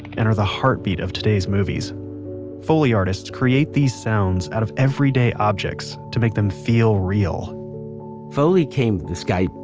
and are the heartbeat of today's movies foley artists create these sounds out of everyday objects to make them feel real foley came from this guy,